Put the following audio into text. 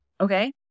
Okay